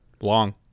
long